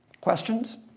Questions